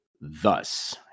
thus